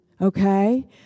okay